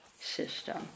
system